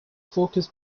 focus